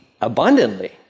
abundantly